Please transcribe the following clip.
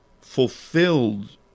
fulfilled